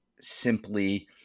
simply